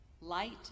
light